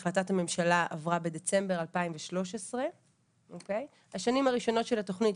החלטת הממשלה עברה בדצמבר 2013. השנים הראשונות של התוכנית,